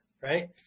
right